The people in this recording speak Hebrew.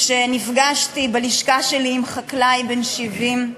כשנפגשתי בלשכה שלי עם חקלאי בן 70,